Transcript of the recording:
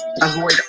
Avoid